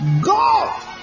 God